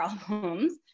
problems